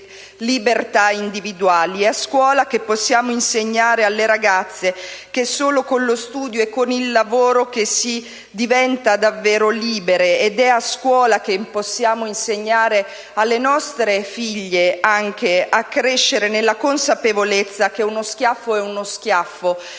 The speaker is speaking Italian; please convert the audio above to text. libertà individuali. È a scuola che possiamo insegnare alle ragazze che è solo con lo studio e con il lavoro che si diventa davvero libere ed è a scuola che possiamo insegnare alle nostre figlie anche a crescere nella consapevolezza che uno schiaffo è uno schiaffo